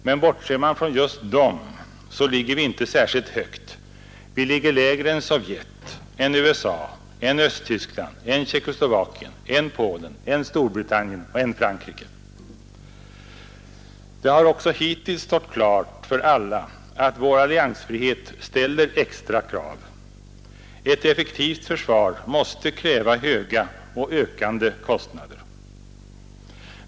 Men bortser man från just dem ligger vi inte särskilt högt — vi ligger lägre än Sovjet, USA, Östtyskland, Tjeckoslovakien, Polen, Storbritannien och Frankrike. Det har också hittills stått klart för alla att vår alliansfrihet ställer extra krav. Ett effektivt försvar måste kräva höga och ökande kostnader.